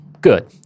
Good